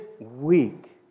weak